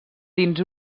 dins